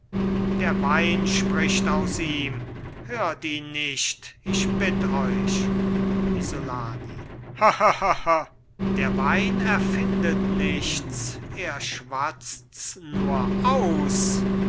der wein spricht aus ihm hört ihn nicht ich bitt euch isolani lacht der wein erfindet nichts er schwatzts nur aus